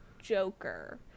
Joker